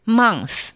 month